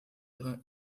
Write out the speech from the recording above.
ihre